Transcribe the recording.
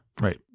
Right